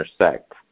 intersect